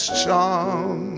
charm